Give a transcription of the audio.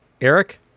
Eric